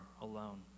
alone